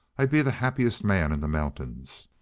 i'd be the happiest man in the mountains!